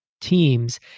teams